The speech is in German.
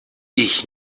ich